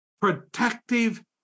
Protective